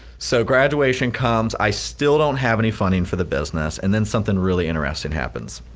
so, graduation comes, i still don't have any funding for the business and then something really interesting happens.